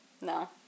No